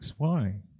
XY